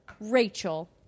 Rachel